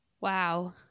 wow